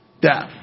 death